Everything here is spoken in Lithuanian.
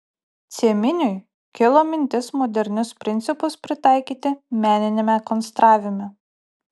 cieminiui kilo mintis modernius principus pritaikyti meniniame konstravime